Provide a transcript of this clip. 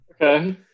Okay